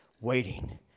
waiting